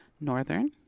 Northern